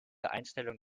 einstellung